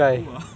who ah